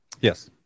Yes